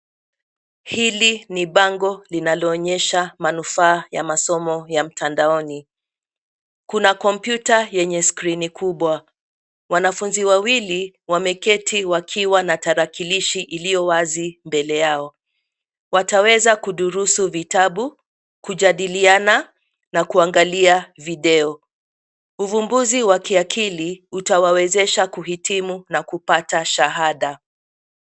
Hili ni bango linaloonyesha manufaa ya masomo ya mtandaoni. Kuna kompyuta yenye skrini mkubwa, wanafunzi wawili wameketi wakiwa na tarakilishi iliyo wazi mbele yao, wataweza kudurusu vitabu, kujadiliana na kuangalia video. Uvumbuzi wa kiakili utawawezesha kuhitimu na kupata shahada.